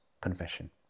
confession